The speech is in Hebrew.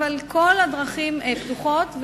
אבל כל הדרכים פתוחות.